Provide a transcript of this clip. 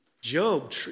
Job